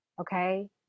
Okay